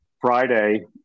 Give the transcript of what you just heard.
Friday